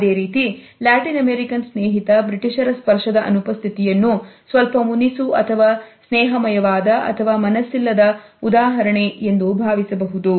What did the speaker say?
ಅದೇ ರೀತಿ Latin American ಸ್ನೇಹಿತ ಬ್ರಿಟಿಷರ ಸ್ಪರ್ಶದ ಅನುಪಸ್ಥಿತಿಯನ್ನು ಸ್ವಲ್ಪ ಮುನಿಸು ಅಥವಾ ಸ್ನೇಹಮಯವಾದ ಅಥವಾ ಮನಸ್ಸಿಲ್ಲದ ಉದಾಹರಣೆ ಎಂದು ಭಾವಿಸಬಹುದು